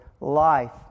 life